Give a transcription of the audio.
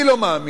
אני לא מאמין